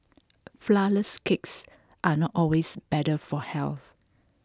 Flourless Cakes are not always better for health